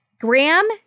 Graham